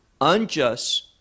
unjust